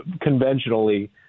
conventionally